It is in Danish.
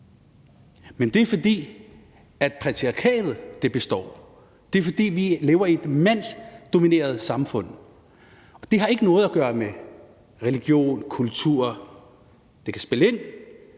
men det er, fordi patriarkatet består; det er, fordi vi lever i et mandsdomineret samfund. Og det har ikke noget at gøre med religion, kultur – det kan spille ind,